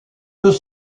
deux